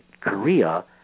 Korea